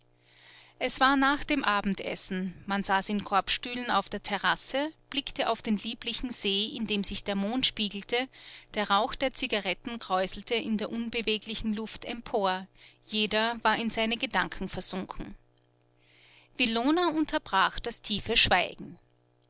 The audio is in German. es war nach dem abendessen man saß in korbstühlen auf der terrasse blickte auf den lieblichen see in dem sich der mond spiegelte der rauch der zigaretten kräuselte in der unbeweglichen luft empor jeder war in seine gedanken versunken villoner unterbrach das tiefe schweigen